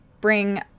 bring